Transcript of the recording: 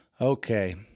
Okay